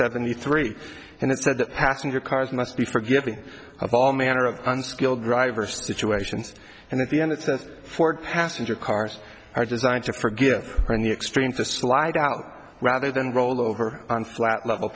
seventy three and it said the passenger cars must be forgiving of all manner of unskilled driver situations and in the end it says ford passenger cars are designed to for good or in the extreme to slide out rather than roll over on flat level